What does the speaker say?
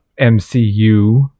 MCU